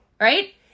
right